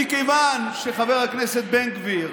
מכיוון שחבר הכנסת בן גביר,